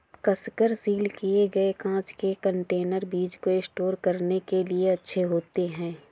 कसकर सील किए गए कांच के कंटेनर बीज को स्टोर करने के लिए अच्छे होते हैं